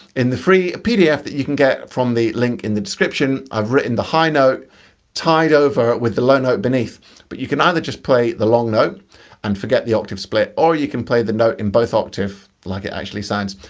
in the free pdf that you can from the link in the description i've written the high note tied over with the low note beneath but you can either just play the long note and forget the octave split or you can play the note in both octave like it actually sounds.